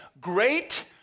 great